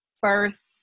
first